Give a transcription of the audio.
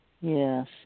Yes